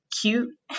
cute